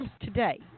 today